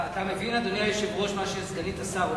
אתה מבין, אדוני היושב-ראש, מה שסגנית השר אומרת?